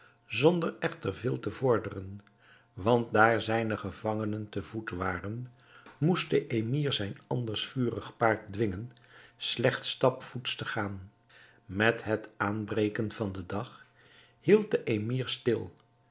zonder echter veel te vorderen want daar zijne gevangenen te voet waren moest de emir zijn anders vurig paard dwingen slechts stapvoets te gaan met het aanbreken van den dag hield de emir stil